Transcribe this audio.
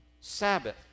Sabbath